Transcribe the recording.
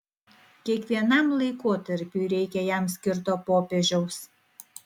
kiekvienam laikotarpiui reikia jam skirto popiežiaus